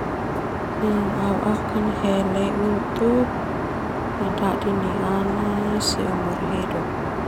Au akan hele untuk dadi ni'iana seumur hidup.